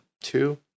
Two